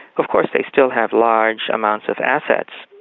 of course they still have large amounts of assets,